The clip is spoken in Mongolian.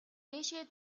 дээшээ